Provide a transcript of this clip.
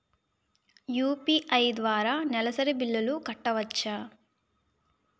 UPI ద్వారా నెలసరి బిల్లులు కట్టవచ్చా?